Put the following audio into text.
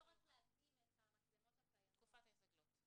הצורך להתאים את המצלמות הקיימות --- תקופת ההסתגלות.